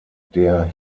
der